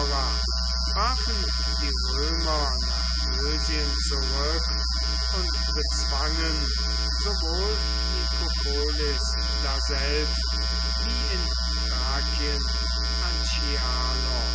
warfen die römer nach mösien zurück und bezwangen sowohl nikopolis daselbst wie in thrakien